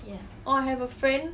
oh I have a friend